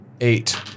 Eight